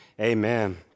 Amen